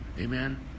Amen